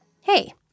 Hey